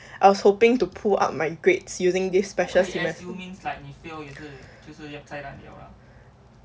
I was hoping to pull up my grades using this special semester